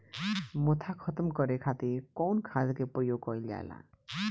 मोथा खत्म करे खातीर कउन खाद के प्रयोग कइल जाला?